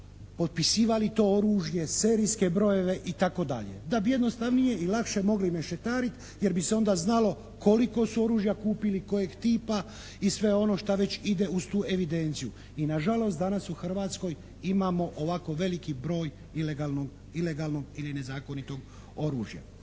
potpisivali to oružje, serijske brojeve itd. da bi jednostavnije i lakše mogli mešetariti jer bi se onda znalo koliko su oružja kupili, kojeg tipa i sve ono šta već ide uz tu evidenciju. I nažalost, danas u Hrvatskoj imamo ovako veliki broj ilegalnog ili nezakonitog oružja.